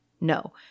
no